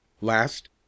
Last